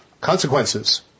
consequences